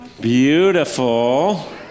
Beautiful